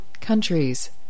countries